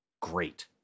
Great